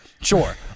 Sure